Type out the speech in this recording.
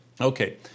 okay